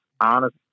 honest